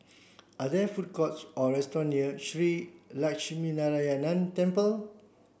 are there food courts or restaurant near Shree Lakshminarayanan Temple